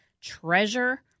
treasure